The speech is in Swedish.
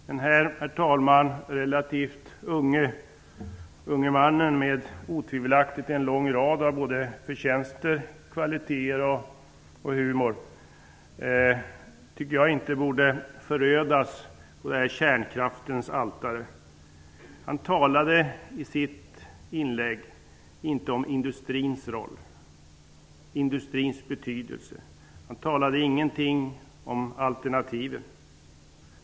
Den här relativt unge mannen med en lång rad av förtjänster och kvaliteter och med humor, borde inte förödas på kärnkraftens altare. I sitt inlägg talade han inte om industrins roll och betydelse. Han talade inte någonting om alternativen.